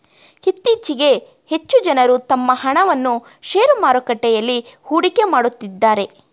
ಇತ್ತೀಚೆಗೆ ಹೆಚ್ಚು ಜನರು ತಮ್ಮ ಹಣವನ್ನು ಶೇರು ಮಾರುಕಟ್ಟೆಯಲ್ಲಿ ಹೂಡಿಕೆ ಮಾಡುತ್ತಿದ್ದಾರೆ